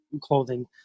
clothing